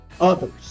others